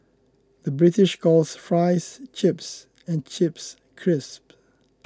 the British calls Fries Chips and Chips Crisps